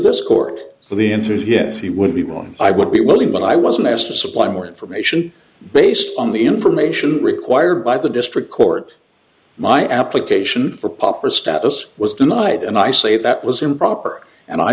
this court so the answer is yes he would be more i would be willing but i wasn't asked to supply more information based on the information required by the district court my application for proper status was denied and i say that was improper and i